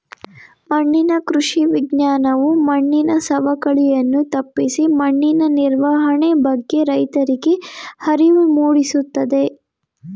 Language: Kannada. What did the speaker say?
ಮಣ್ಣಿನ ಕೃಷಿ ವಿಜ್ಞಾನವು ಮಣ್ಣಿನ ಸವಕಳಿಯನ್ನು ತಪ್ಪಿಸಿ ಮಣ್ಣಿನ ನಿರ್ವಹಣೆ ಬಗ್ಗೆ ರೈತರಿಗೆ ಅರಿವು ಮೂಡಿಸುತ್ತದೆ